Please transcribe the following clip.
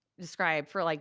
describes for like,